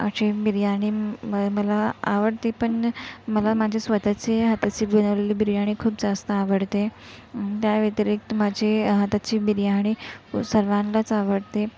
जी बिर्याणी मला आवडती पण मला माजी स्वत च्या हाताची बनवलेली बिर्याणी खूप जास्त आवडते त्या व्यतिरिक्त माझ्या हाताची बिर्याणी सर्वांनाच आवडते